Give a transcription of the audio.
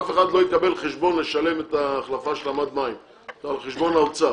אף אחד לא יקבל חשבון לשלם את ההחלפה של מד המים על חשבון האוצר.